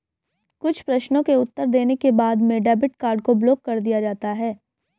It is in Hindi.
कुछ प्रश्नों के उत्तर देने के बाद में डेबिट कार्ड को ब्लाक कर दिया जाता है